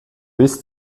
bis